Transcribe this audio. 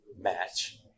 match